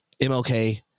MLK